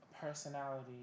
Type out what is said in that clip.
personality